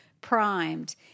primed